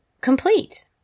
complete